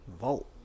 vault